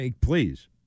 please